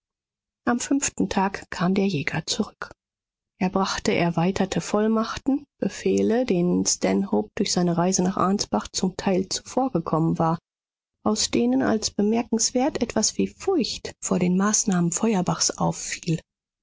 am fünften tag kam der jäger zurück er brachte erweiterte vollmachten befehle denen stanhope durch seine reise nach ansbach zum teil zuvorgekommen war aus denen als bemerkenswert etwas wie furcht vor den maßnahmen feuerbachs auffiel